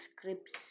scripts